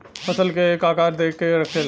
फसल के एक आकार दे के रखेला